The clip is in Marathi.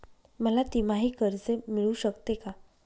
मला तिमाही कर्ज मिळू शकते का?